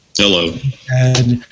Hello